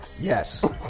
yes